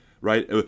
right